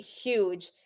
huge